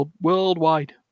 worldwide